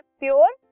pure